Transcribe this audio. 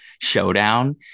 showdown